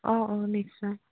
অঁ অঁ নিশ্চয়